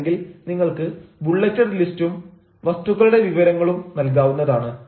അല്ലെങ്കിൽ നിങ്ങൾക്ക് ബുള്ളറ്റഡ് ലിസ്റ്റും വസ്തുക്കളുടെ വിവരങ്ങളും നൽകാവുന്നതാണ്